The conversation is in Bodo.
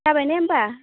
जाबाय ने होमब्ला